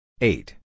Eight